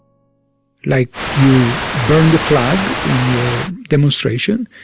like you burn the flag in your demonstration,